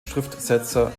schriftsetzer